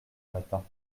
matin